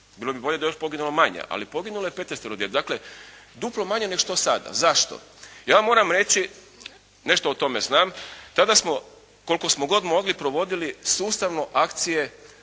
Bilo bi bolje da je još poginulo manje, ali poginulo je petnaestero djece. Dakle, duplo manje nego što je sada. Zašto? Ja moram reći, nešto o tome znam, tada smo koliko smo god mogli provodili sustavno akcije